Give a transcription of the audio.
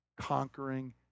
conquering